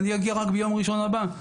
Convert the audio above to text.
אני אגיע רק ביום ראשון הבא,